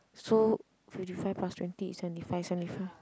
so fifty five plus twenty is seventy five seventy five